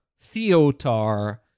Theotar